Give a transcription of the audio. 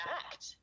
act